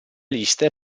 liste